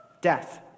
death